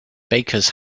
bakers